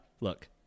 look